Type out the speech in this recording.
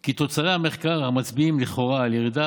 כי תוצרי המחקר המצביעים לכאורה על הירידה